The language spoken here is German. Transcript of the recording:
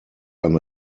ein